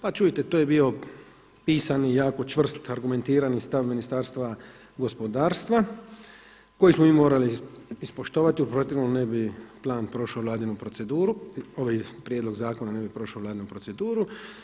Pa čujte to je bio pisani jako čvrst, argumentirani stav Ministarstva gospodarstva koji smo mi morali ispoštovati u protivnom ne bi plan prošao vladinu proceduru, ovaj prijedlog zakona ne bi prošao vladinu proceduru.